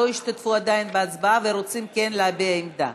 שלא השתתפו עדיין בהצבעה ורוצים כן להביע עמדה.